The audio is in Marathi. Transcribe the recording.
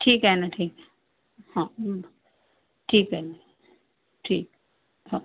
ठीक आहे ना ठीक आहे ठीक आहे ना ठीक हा